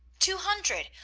two hundred!